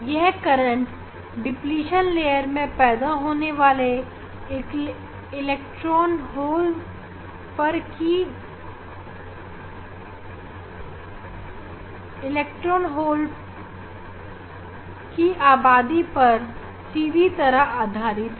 यह current depletion layer में पैदा होने वाले इलेक्ट्रॉन होल के जोड़े की आबादी पर सीधी तरह आधारित है